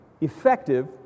effective